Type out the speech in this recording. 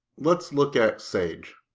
let's look at sage